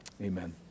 amen